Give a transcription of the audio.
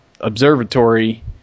observatory